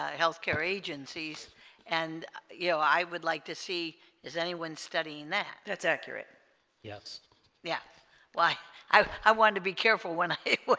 health care agencies and you know i would like to see is anyone studying that that's accurate yes yeah why i i wanted to be careful when i